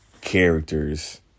characters